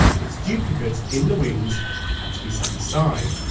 it's duplicates in the wings had to be set aside.